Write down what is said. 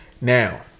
Now